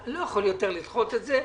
אני לא יכול יותר לדחות את זה.